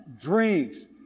drinks